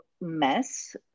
mess